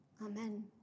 amen